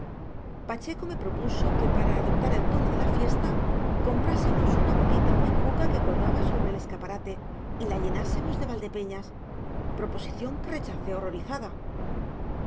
pacheco me propuso que para adoptar el tono de la fiesta comprásemos una botita muy cuca que colgaba sobre el escaparate y la llenásemos de valdepeñas proposición que rechacé horrorizada